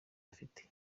afite